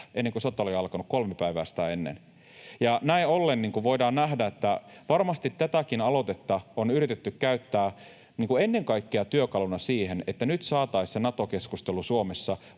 ennen kuin sota oli alkanut, kolme päivää sitä ennen. Ja näin ollen voidaan nähdä, että varmasti tätäkin aloitetta on yritetty käyttää ennen kaikkea työkaluna siihen, että nyt saataisiin se Nato-keskustelu Suomessa